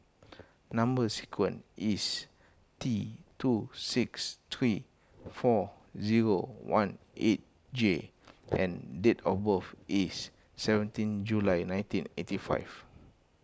Number Sequence is T two six three four zero one eight J and date of birth is seventeen July nineteen eighty five